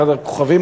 אחד הכוכבים,